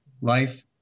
Life